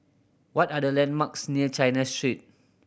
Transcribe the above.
what are the landmarks near China Street